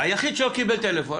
היחיד שלא קיבל טלפון.